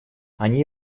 они